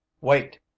wait